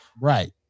Right